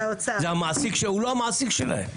הוא לא המעסיק שלהם.